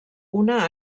una